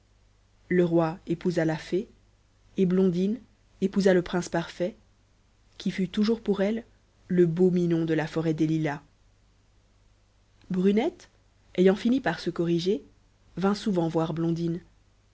le roi épousa la fée et blondine épousa le prince parfait qui fut toujours pour elle le beau minon de la forêt des lilas brunette ayant fini par se corriger vint souvent voir blondine